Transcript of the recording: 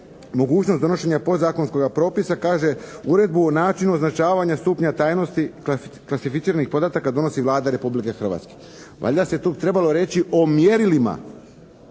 mogućnost donošenja podzakonskog propisa kaže, uredbu o načinu označavanja stupnja tajnosti klasificiranih podataka donosi Vlada Republike Hrvatske. Valjda se tu trebalo reći o mjerilima.